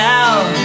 out